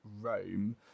rome